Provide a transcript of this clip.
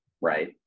right